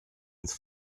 ins